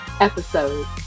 episode